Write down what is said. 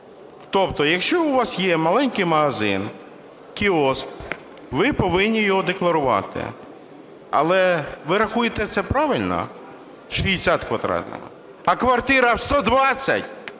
Тобто, якщо у вас є маленький магазин, кіоск, ви повинні його декларувати. Але, ви рахуєте, це правильно - 60 квадратів? А квартиру в 120